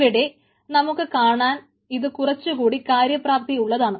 ഇവിടെ നമുക്ക് കാണാൻ ഇത് കുറച്ചു കൂടി കാര്യപ്രാപ്തി ഉള്ളതാണ്